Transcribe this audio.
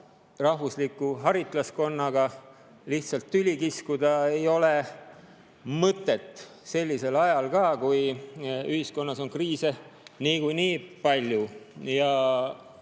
rahvusliku haritlaskonnaga lihtsalt tüli kiskuda ei ole mõtet sellisel ajal, kui ühiskonnas on kriise niikuinii palju.